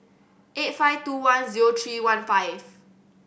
eight five two one zero three one five